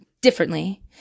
differently